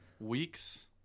Weeks